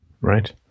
right